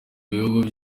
bihugu